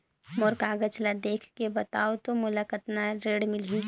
मोर कागज ला देखके बताव तो मोला कतना ऋण मिलही?